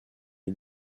les